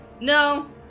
No